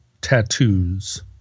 tattoos